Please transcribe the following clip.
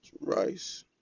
Rice